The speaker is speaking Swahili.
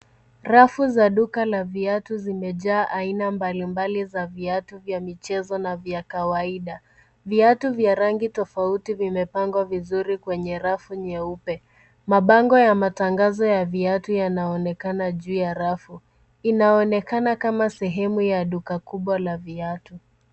Rafu za duka la viatu zimejaa aina mbalimbali za viatu vya michezo na vya kawaida viatu vya rangi tofauti vimepangwa vizuri kwenye rafu nyeupe mabango ya matangazo ya viatu yanaonekana juu ya rafu inaonekana kama sehemu ya duka kubwa la viatu.